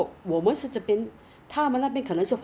so if you want to add the ice cream 六毛